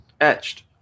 etched